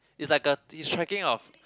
is like a he's tracking of